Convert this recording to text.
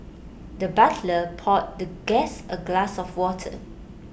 the butler poured the guest A glass of water